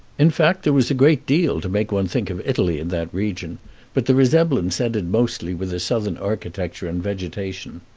in fact, there was a great deal to make one think of italy in that region but the resemblance ended mostly with the southern architecture and vegetation.